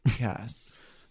Yes